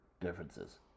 differences